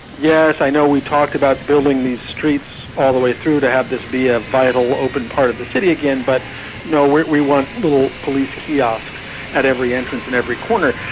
yes, i know we talked about building these streets all the way through to have this be a vital, open part of the city again, but no, we want little police kiosks at every entrance and every corner.